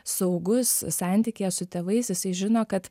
saugus santykyje su tėvais jisai žino kad